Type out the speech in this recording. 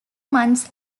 months